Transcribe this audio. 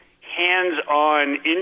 hands-on